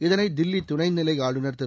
இதனை தில்லிதுணை நிலை ஆளுநர் திரு